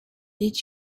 did